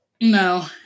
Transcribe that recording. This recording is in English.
No